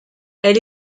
elle